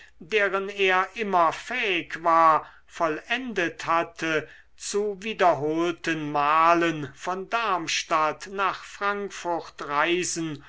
deren er immer fähig war vollendet hatte zu wiederholten malen von darmstadt nach frankfurt reisen